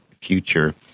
future